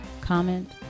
comment